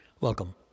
Welcome